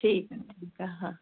ठीकु आहे ठीकु आहे हा